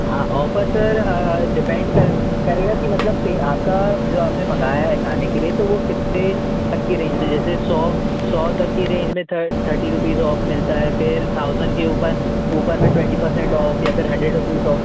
हाँ offer sir depend कर करेगा कि मतलब पर आपका जो आपने मंगाया है खाने के लिए तो वो कितने तक की रेंज में जैसे सौ सौ तक की रेंज में थर्टी रुपीज़ ऑफ़ मिलता है फिर थाउज़ेंड के ऊपर ऊपर में ट्वेन्टी परसेंट ऑफ़ या फिर हंड्रेड रुपीज़ ऑफ